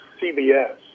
CBS